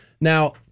Now